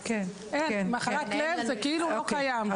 אבל במחלת לב זה כאילו לא קיים.